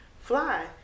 fly